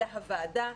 אלא הוועדה.